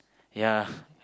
ya